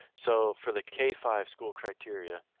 so for the k five school criteria,